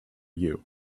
you